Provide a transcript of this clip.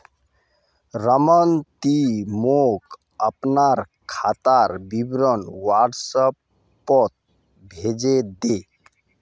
रमन ती मोक अपनार खातार विवरण व्हाट्सएपोत भेजे दे